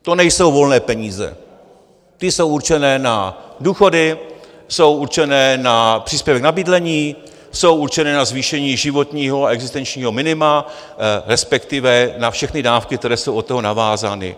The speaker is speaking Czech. To nejsou volné peníze, ty jsou určené na důchody, jsou určené na příspěvek na bydlení, jsou určené na zvýšení životního a existenčního minima, respektive na všechny dávky, které jsou od toho navázány.